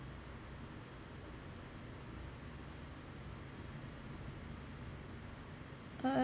uh